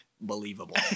Believable